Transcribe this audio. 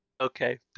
okay